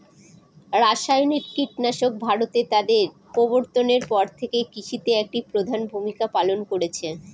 রাসায়নিক কীটনাশক ভারতে তাদের প্রবর্তনের পর থেকে কৃষিতে একটি প্রধান ভূমিকা পালন করেছে